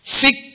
seek